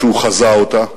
כשהוא חזה אותה,